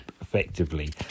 effectively